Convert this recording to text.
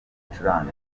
ibicurane